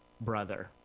brother